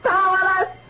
Powerless